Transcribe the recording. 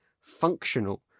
functional